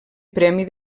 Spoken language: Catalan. premi